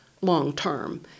long-term